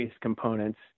components